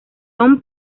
son